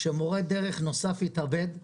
שמורה דרך נוסף התאבד.